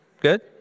Good